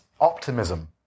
optimism